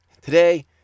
today